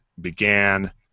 began